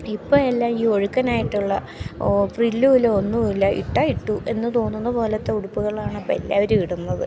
ഇപ്പോൾ എല്ലാം ഈ ഒഴുക്കനായിട്ടുള്ള ഓഹ് ഫ്രില്ലൂള്ള ഒന്നുമല്ല ഇട്ടാൽ ഇട്ടു എന്നു തോന്നുന്നപോലത്തെ ഉടുപ്പുകളാണ് ഇപ്പോൾ എല്ലാവരും ഇടുന്നത്